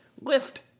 Lift